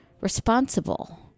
responsible